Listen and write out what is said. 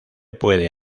puede